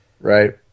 Right